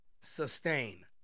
sustain